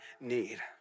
need